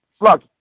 look